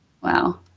Wow